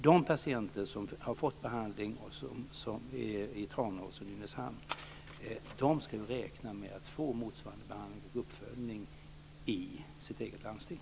De patienter som har fått behandling i Tranås och Nynäshamn ska räkna med att få motsvarande behandling och uppföljning i sitt eget landsting.